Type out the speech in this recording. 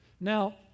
Now